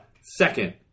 Second